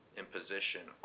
imposition